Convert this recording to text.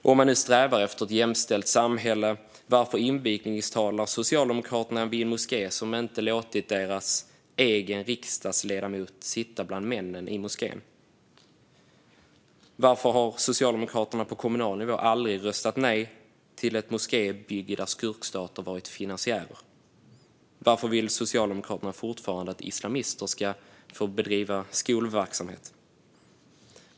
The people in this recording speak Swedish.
Om man nu strävar efter ett jämställt samhälle, varför invigningstalar Socialdemokraterna vid en moské som inte låtit deras egen riksdagsledamot sitta bland männen i moskén? Varför har Socialdemokraterna på kommunal nivå aldrig röstat nej till ett moskébygge där skurkstater varit finansiärer? Varför vill Socialdemokraterna fortfarande att islamister ska få bedriva skolverksamhet?